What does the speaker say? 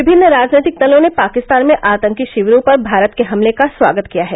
विभिन्न राजनीतिक दलों ने पाकिस्तान में आतंकी शिविरों पर भारत के हमले का स्वागत किया है